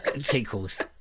sequels